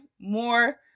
more